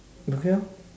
okay lor